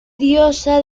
diosa